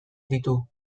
ditu